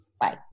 bye